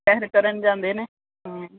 ਸੈਰ ਕਰਨ ਜਾਂਦੇ ਨੇ